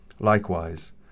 Likewise